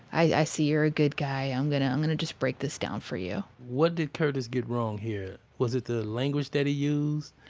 i see you're a good guy. i'm gonna i'm gonna just break this down for you what did curtis get wrong here? was it the language that he used?